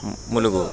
మ్ Mulugu